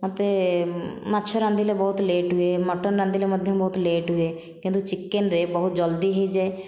ମୋତେ ମାଛ ରାନ୍ଧିଲେ ବହୁତ ଲେଟ୍ ହୁଏ ମଟନ ରାନ୍ଧିଲେ ମଧ୍ୟ ବହୁତ ଲେଟ୍ ହୁଏ କିନ୍ତୁ ଚିକେନରେ ବହୁତ ଜଲ୍ଦି ହୋଇଯାଏ